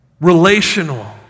Relational